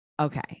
Okay